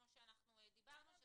כמו שדיברנו.